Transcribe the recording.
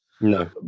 No